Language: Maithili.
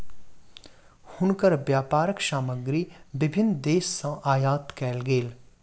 हुनकर व्यापारक सामग्री विभिन्न देस सॅ आयात कयल गेल